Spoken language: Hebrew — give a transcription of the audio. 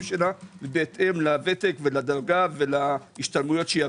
ובהתאם לוותק ולדרגה והשתלמויות שהיא עברה.